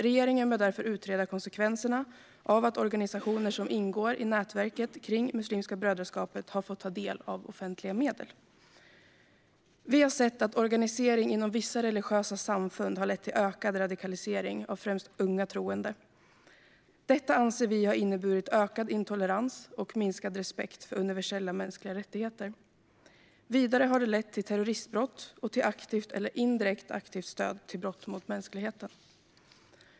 Regeringen bör därför utreda konsekvenserna av att organisationer som ingår i nätverket kring Muslimska brödraskapet har fått ta del av offentliga medel. Vi har sett att organisering inom vissa religiösa samfund har lett till ökad radikalisering av främst unga troende. Detta anser vi har inneburit ökad intolerans och minskad respekt för universella mänskliga rättigheter. Vidare har det lett till terroristbrott och till aktivt eller indirekt aktivt stöd till brott mot mänskligheten.